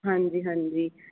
ਹਾਂਜੀ ਹਾਂਜੀ